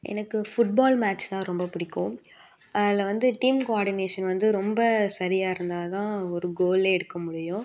எனக்கு ஃபுட்பால் மேச்சுதான் ரொம்ப பிடிக்கும் அதில் வந்து டீம் கோர்டினேஷன் வந்து ரொம்ப சரியாக இருந்தால்தான் ஒரு கோலே எடுக்க முடியும்